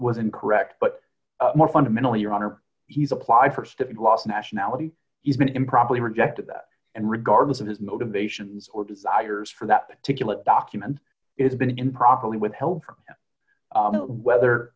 was incorrect but more fundamentally your honor he's applied st to last nationality he's been improperly rejected that and regardless of his motivations or desires for that particular document it's been improperly withheld from whether